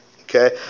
okay